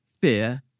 fear